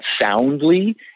soundly